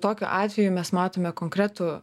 tokiu atveju mes matome konkretų